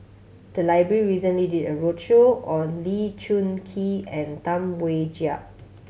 the library recently did a roadshow on Lee Choon Kee and Tam Wai Jia